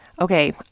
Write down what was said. okay